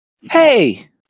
Hey